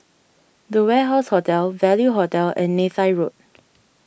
the Warehouse Hotel Value Hotel and Neythai Road